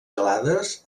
gelades